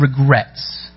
regrets